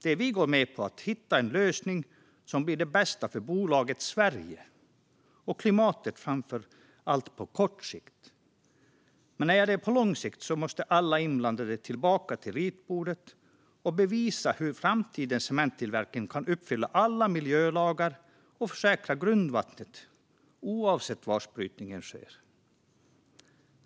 Det vi går med på är att hitta en lösning som blir den bästa för bolaget Sverige och framför allt för klimatet på kort sikt. Men på lång sikt måste alla inblandade tillbaka till ritbordet och bevisa hur framtidens cementtillverkning kan uppfylla alla miljölagar och försäkra grundvattnet, oavsett var brytningen sker.